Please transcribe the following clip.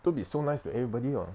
don't be so nice to everybody ah